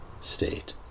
state